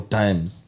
times